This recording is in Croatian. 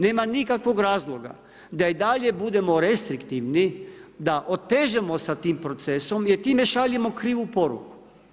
Nema nikakvog razloga da i dalje budemo restriktivni, da otežemo sa tim procesom jer time šaljemo krivu poruku.